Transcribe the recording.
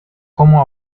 como